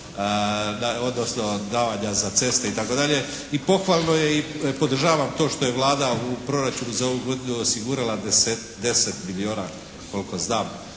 odnosno davanja za ceste itd., i pohvalno je i podržavam to što je Vlada u proračun za ovu godinu osigurala deset milijuna koliko znam